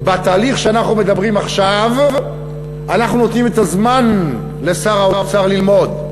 בתהליך שאנחנו מדברים עכשיו אנחנו נותנים את הזמן לשר האוצר ללמוד,